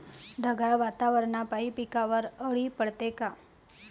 ढगाळ वातावरनापाई पिकावर अळी पडते का?